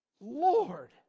Lord